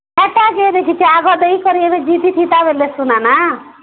ଏଇଟା କିଏ ଦେଖିଛି ଆଗ ଦେଇ କରି ଏବେ ଜିତି ଜିତା ଗଲେ ଶୁନାନା